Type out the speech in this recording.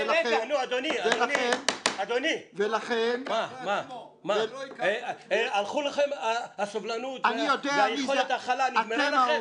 אדוני, הלכה לכם הסובלנות ויכולת ההכלה נגמרה לכם?